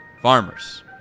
Farmers